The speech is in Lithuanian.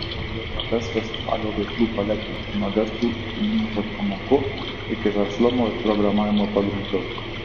pljs festivalio veiklų paletė nuo gestų ir mimikos pamokų iki verslumo ir programavimo pagrindų